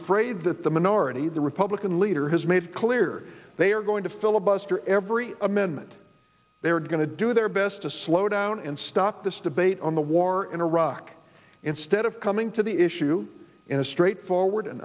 afraid that the minority the republican leader has made it clear they are going to filibuster every amendment they're going to do their best to slow down and stop this debate on the war in iraq instead of coming to the issue in a straightforward and